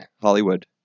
Hollywood